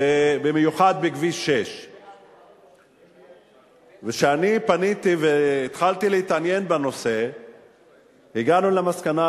במיוחד בכביש 6. וכשאני פניתי והתחלתי להתעניין בנושא הגענו למסקנה,